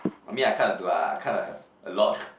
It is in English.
I mean I kinda do ah I kinda have a lot